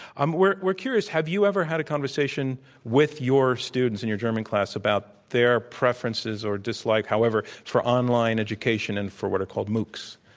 um it. we're curious. have you ever had a conversation with your students in your german class about their preferences or dislike, however, for online education and for what are called moocs?